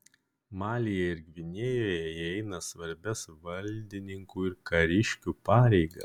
malyje ir gvinėjoje jie eina svarbias valdininkų ir kariškių pareigas